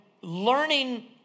learning